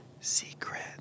Secret